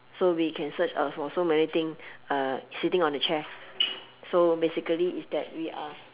so we can search uh for so many thing uh sitting on the chair so basically is that we are